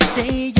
Stay